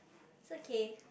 it's okay